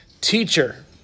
Teacher